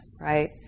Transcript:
right